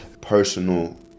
personal